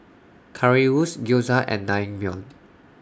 Currywurst Gyoza and Naengmyeon